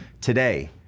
Today